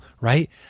right